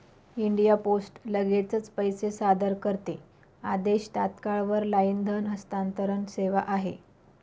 India post लगेचच पैसे सादर करते आदेश, तात्काळ वर लाईन धन हस्तांतरण सेवा आहे